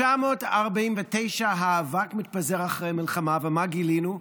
ב-1949 האבק מתפזר אחרי המלחמה, ומה גילינו?